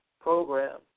Program